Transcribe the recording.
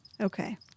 Okay